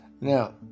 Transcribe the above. Now